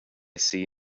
see